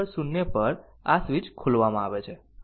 અને t 0 પર આ સ્વીચ ખોલવામાં આવે છે